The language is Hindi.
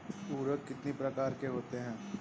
उर्वरक कितनी प्रकार के होता हैं?